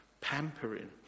pampering